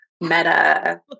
meta